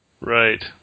Right